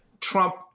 Trump